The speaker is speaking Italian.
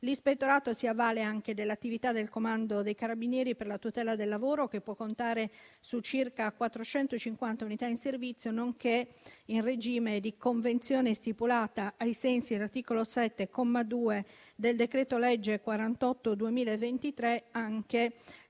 L'Ispettorato si avvale anche dell'attività del Comando dei carabinieri per la tutela del lavoro, che può contare su circa 450 unità in servizio, nonché - in regime di convenzione stipulata ai sensi dell'articolo 7, comma 2, del decreto legge n. 48 del 2023 - anche